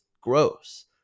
gross